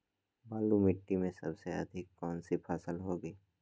बालू मिट्टी में सबसे अधिक कौन सी फसल होगी?